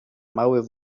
mały